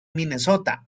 minnesota